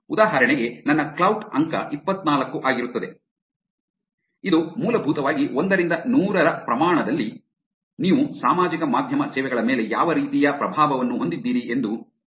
ಉದಾಹರಣೆಗೆ ನನ್ನ ಕ್ಲಾವ್ಟ್ ಅಂಕ ಇಪ್ಪತ್ನಾಲ್ಕು ಆಗಿರುತ್ತದೆ ಇದು ಮೂಲಭೂತವಾಗಿ ಒಂದರಿಂದ ನೂರಾರ ಪ್ರಮಾಣದಲ್ಲಿ ನೀವು ಸಾಮಾಜಿಕ ಮಾಧ್ಯಮ ಸೇವೆಗಳ ಮೇಲೆ ಯಾವ ರೀತಿಯ ಪ್ರಭಾವವನ್ನು ಹೊಂದಿದ್ದೀರಿ ಎಂದು ಹೇಳುತ್ತದೆ